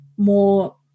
more